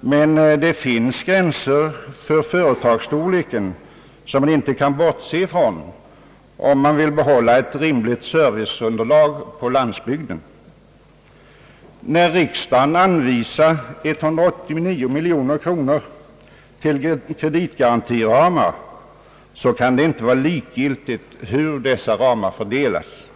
men det finns gränser för företagsstorleken som man inte kan bortse ifrån, om man vill behålla ett rimligt serviceunderlag på landsbygden. När riksdagen anvisar 189 miljoner kronor till kreditgarantiramar kan det inte vara likgiltigt hur dessa ramar fördelas.